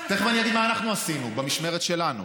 תכף אני אגיד מה אנחנו עשינו במשמרת שלנו.